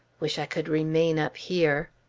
wish i could remain up here!